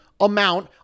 amount